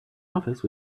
office